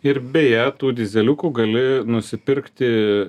ir beje tų dyzeliukų gali nusipirkti